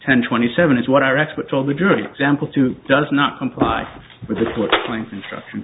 ten twenty seven is what our expert told the jury example two does not comply with the court rulings instruction